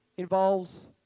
Involves